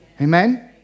Amen